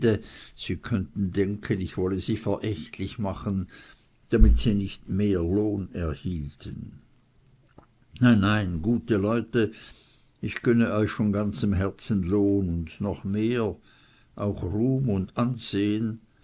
sie könnten denken ich wollte sie verächtlich machen damit sie nicht mehr lohn erhielten nein nein gute leute ich gönne euch von ganzem herzen lohn und noch mehr auch ruhm und ansehen